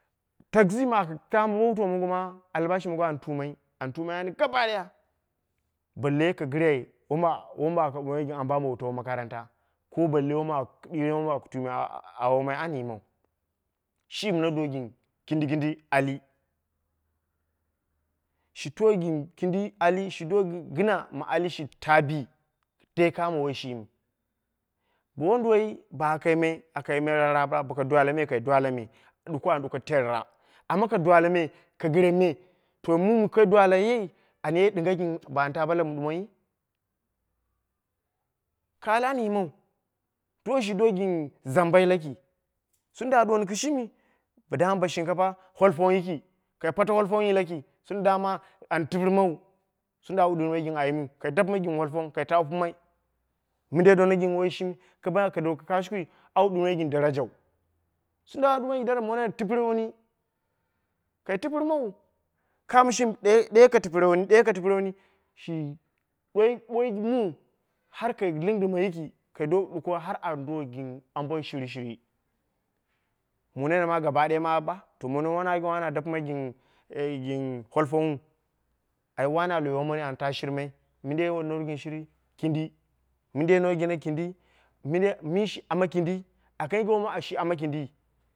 Taxi mi aka tama bo wutau mongo ma, albashi mongo and tumai, and tumai ane gaba daya ma. Balle ka gire wom aka bomai ko ambo ambo wutau makaranta. Ko balle wom aka ɗire wom aku tumai awomai an yimau shimi na do gin kindi kindi ali. Shi do kindi ali, shi do gin gina ma ali shi ta bi, dai kamo woiyi shimi bo wonduwai baka yiman a ka yimai rarap, boko dwale me kai dwale me duko and duko terra. Amma ka dwaleme ka gireme, to mwmi ka dwalayai an ye dinga ban ta bo ku ɗumoyi? Ka ali and yimau. Tong shi do gin zamba laki, tunda a duwoni kishimi bo dama bo shinkata, holfong yiki, kai pate holfangyi laki, tunda dama, an tipirmawu, tunda an ɗirimai gin ayimiu kai dapmai gin hottong kai ta wupimai. mindei dona gin woyi shimi. Ka bini ana oka doko kashikui an ɗirimai gin darajau. Tunda a duwoni woshi gin darajau, mone na tipire wuni ka tipirmawu, kamo shimi, ɗe ka tipire wuni, ɗe ka tipire wuni shi kon mu har kai lingdima yiki kai do duko har an do gin ambo shiri shiri. Mu nene ma gabadaya ma ba mono wom dapimai gin holfangwu di wane a lui womani anata shirmai mindei donna kin gin shiri? Kindi mi shi ame kindi. Aka yinge womshi ame kindi.